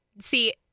See